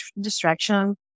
distraction